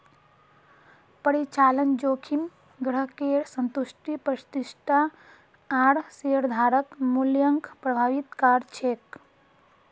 परिचालन जोखिम ग्राहकेर संतुष्टि प्रतिष्ठा आर शेयरधारक मूल्यक प्रभावित कर छेक